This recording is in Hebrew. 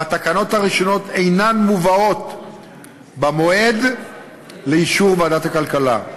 והתקנות הראשונות אינן מובאות במועד לאישור ועדת הכלכלה.